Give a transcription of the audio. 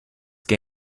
que